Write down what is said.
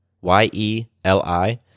Y-E-L-I